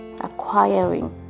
acquiring